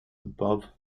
above